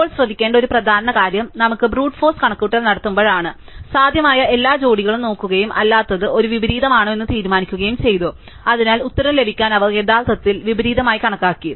ഇപ്പോൾ ശ്രദ്ധിക്കേണ്ട ഒരു പ്രധാന കാര്യം നമ്മൾ ബ്രൂട്ട് ഫോഴ്സ് കണക്കുകൂട്ടൽ നടത്തുമ്പോഴാണ് സാധ്യമായ എല്ലാ ജോഡികളും നോക്കുകയും അല്ലാത്തത് ഒരു വിപരീതമാണോ എന്ന് തീരുമാനിക്കുകയും ചെയ്തു അതിനാൽ ഉത്തരം ലഭിക്കാൻ അവർ യഥാർത്ഥത്തിൽ വിപരീതമായി കണക്കാക്കി